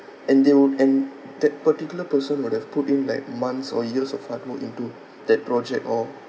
and they will and that particular person would have put in like months or years of hard work into that project or